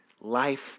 life